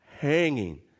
hanging